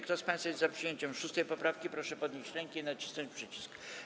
Kto z państwa jest za przyjęciem 6. poprawki, proszę podnieść rękę i nacisnąć przycisk.